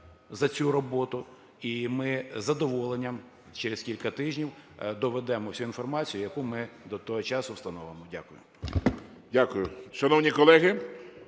Дякую.